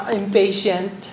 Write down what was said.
impatient